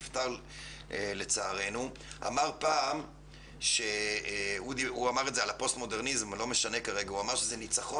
אמר פעם על הפוסט מודרניזם שהוא ניצחון